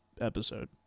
episode